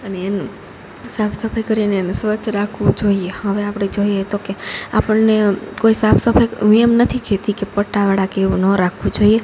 અને એનું સાફસફાઈ કરીને એને સ્વચ્છ રાખવું જોઈએ હવે આપણે જોઈએ તો કે આપણને કોઈ સાફસફાઈ હું એમ નથી કેતી કે પટાવાળા કે એવું ન રાખવું જોઈએ